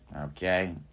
okay